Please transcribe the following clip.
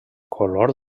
color